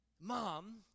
Mom